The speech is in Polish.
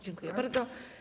Dziękuję bardzo.